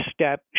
step